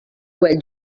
quel